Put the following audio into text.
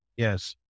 Yes